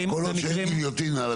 המקרים --- כל עוד שאין גליוטינה על